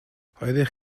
oeddech